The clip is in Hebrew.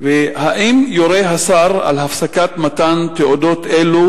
2. האם יורה השר על הפסקת מתן תעודות אלו